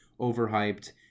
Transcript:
overhyped